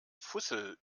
fussel